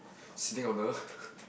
sitting on the